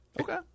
Okay